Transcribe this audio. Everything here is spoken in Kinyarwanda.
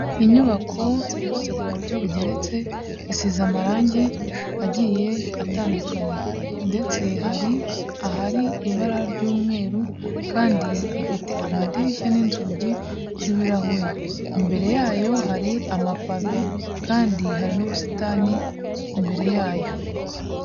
Inyubako yubatse ku buryo bugeretse isize amarangi agiye atandukanye ndetse hari ahari ibara ry'umweru kandi ifite amadirishya n'inzugi z'ibirahure, imbere yayo hari amapave kandi hari n'ubusitani imbere yayo.